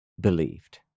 believed